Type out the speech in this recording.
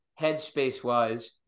headspace-wise